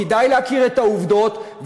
כדאי להכיר את העובדות,